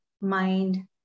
mind